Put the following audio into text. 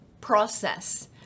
process